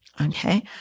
Okay